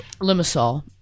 Limassol